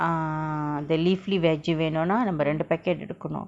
err the leafy veggie வேணுனா நம்ம ரெண்டு:venuna namma rendu packet எடுக்கனு:edukanu